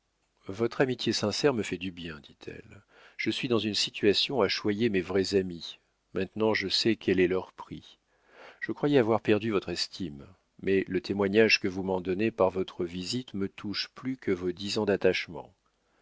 votre amitié sincère me fait du bien dit-elle je suis dans une situation à choyer mes vrais amis maintenant je sais quel est leur prix je croyais avoir perdu votre estime mais le témoignage que vous m'en donnez par votre visite me touche plus que vos dix ans d'attachement